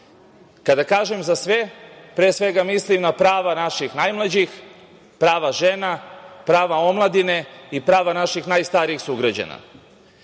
Kada kažem – za sve, pre svega mislim na prava naših najmlađih, prava žena, prava omladine i prava naših najstarijih sugrađana. Polazeći